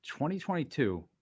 2022